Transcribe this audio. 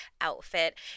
outfit